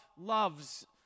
loves